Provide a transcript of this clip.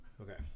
Okay